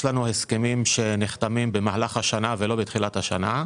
יש לנו הסכמים שנחתים במהלך השנה ולא בתחילתה.